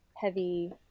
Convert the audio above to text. heavy